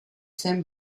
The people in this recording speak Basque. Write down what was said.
zen